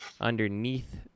underneath